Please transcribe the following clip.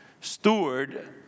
steward